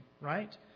right